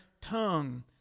tongue